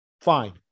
fine